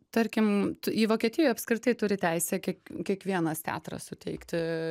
tarkim t į vokietijoj apskritai turi teisę kiek kiekvienas teatras suteikti